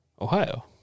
Ohio